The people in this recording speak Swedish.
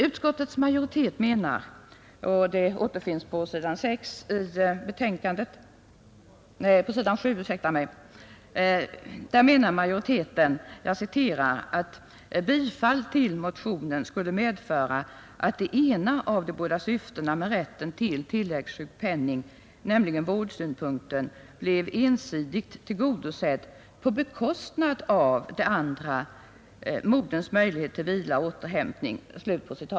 Utskottets majoritet menar — det återfinns på s. 7 i betänkandet — att ett bifall till motionen ”skulle medföra att det ena av de båda syftena med rätten till tilläggssjukpenning, nämligen vårdsynpunkten, blev ensidigt tillgodosett på bekostnad av det andra, moderns möjlighet till vila och återhämtning”.